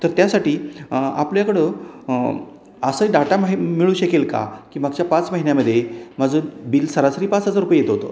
तर त्यासाठी आपल्याकडं असं डाटा मिळू शकेल का की मागच्या पाच महिन्यामध्ये माझं बिल सरासरी पाच हजार रुपये येत होतं